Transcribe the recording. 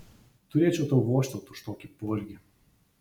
turėčiau tau vožtelt už tokį poelgį